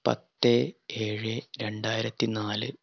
പത്ത് ഏഴ് രണ്ടായിരത്തി നാല്